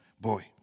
boy